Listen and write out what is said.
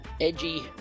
edgy